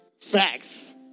Facts